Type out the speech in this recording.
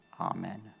Amen